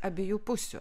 abiejų pusių